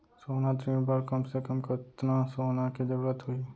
सोना ऋण बर कम से कम कतना सोना के जरूरत होही??